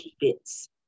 bits